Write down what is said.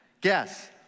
Guess